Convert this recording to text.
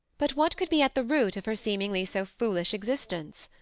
but what could be at the root of her seemingly so foolish existence?